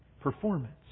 performance